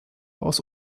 aus